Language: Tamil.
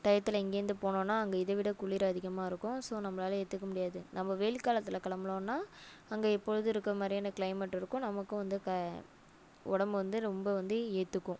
டையத்தில் இங்கேருந்து போனோன்னால் அங்கே இதை விட குளிர் அதிகமாக இருக்கும் ஸோ நம்மளால ஏற்றுக்க முடியாது நம்ம வெயில் காலத்தில் கிளம்புனோன்னா அங்கே எப்போதும் இருக்கற மாதிரியான கிளைமேட்டு இருக்கும் நமக்கும் வந்து க உடம்பு வந்து ரொம்ப வந்து ஏற்றுக்கும்